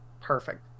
Perfect